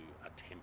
attempt